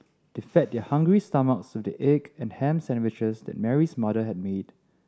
they fed their hungry stomachs with the egg and ham sandwiches that Mary's mother had made